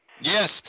Yes